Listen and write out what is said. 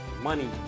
money